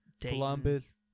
Columbus